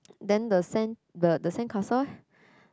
then the sand the the sandcastle lor